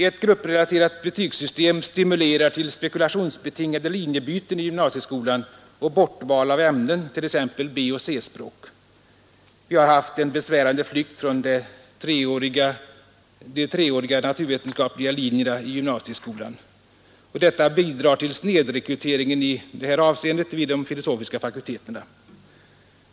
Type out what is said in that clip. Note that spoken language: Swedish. Ett grupprelaterat betygssystem stimulerar till spekulationsbetingade linjebyten i gymnasieskolan och bortval av ämnen, t.ex. B och C-språk. Vi har haft en besvärande flykt från de treåriga naturvetenskapliga linjerna i gymnasieskolan. Och detta bidrar till snedrekryteringen i detta avseende vid de filosofiska fakulteterna.